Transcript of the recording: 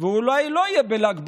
ואולי לא יהיה בל"ג בעומר,